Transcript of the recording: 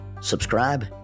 subscribe